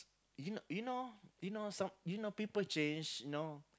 you know you know you know some you know people change you know